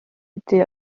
été